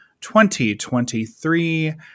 2023